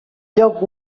lloc